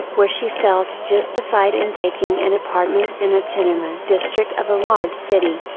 where she felt justified in taking an apartment in a tenement district of a large city.